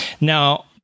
now